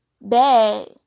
Bad